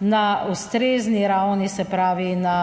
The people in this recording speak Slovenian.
na ustrezni ravni, se pravi na